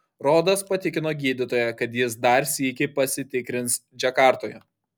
rodas patikino gydytoją kad jis dar sykį pasitikrins džakartoje